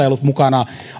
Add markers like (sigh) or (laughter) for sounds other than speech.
(unintelligible) ollut mukana